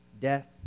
Death